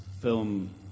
film